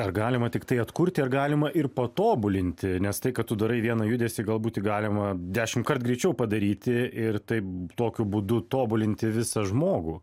ar galima tiktai atkurti ar galima ir patobulinti nes tai kad tu darai vieną judesį galbūt galima dešimtkart greičiau padaryti ir taip tokiu būdu tobulinti visą žmogų